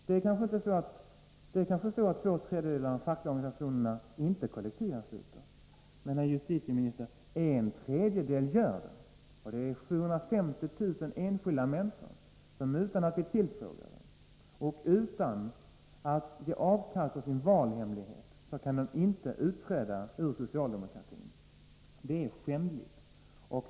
Det kanske är så att två tredjedelar av de fackliga organisationernas medlemmar inte är kollektivanslutna. Men, herr justitieminister, en tredjedel är det. Det är 750 000 enskilda människor som utan att bli tillfrågade och utan att göra avkall på sin valhemlighet inte kan utträda ur socialdemokratin. Det är skändligt.